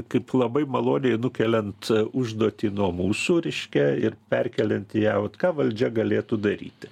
kaip labai maloniai nukeliant užduotį nuo mūsų reiškia ir perkeliant ją o vat ką valdžia galėtų daryti